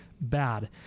bad